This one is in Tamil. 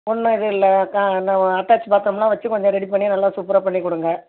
ஒன்றும் எதுவும் இல்லை க நா அட்டாச் பாத்ரூமெல்லாம் வச்சி கொஞ்சம் ரெடி பண்ணி நல்லா சூப்பராக பண்ணிக் கொடுங்க